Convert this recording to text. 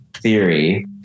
theory